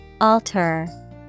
Alter